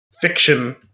fiction